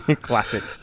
Classic